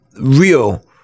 real